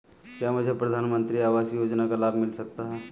क्या मुझे प्रधानमंत्री आवास योजना का लाभ मिल सकता है?